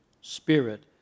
spirit